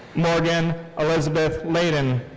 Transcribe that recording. morgan elizabeth laden.